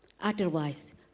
Otherwise